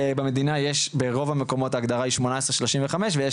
במדינה ברוב המקומות ההגדרה היא 18-35 ויש